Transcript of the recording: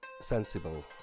sensible